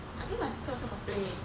I think my sister also got play